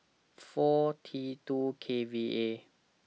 four T two K V A